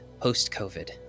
post-COVID